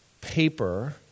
paper